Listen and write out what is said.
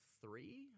three